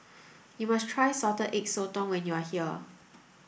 you must try salted egg sotong when you are here